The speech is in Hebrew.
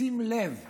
בשים לב ליעדים,